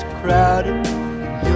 crowded